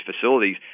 facilities